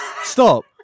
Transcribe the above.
Stop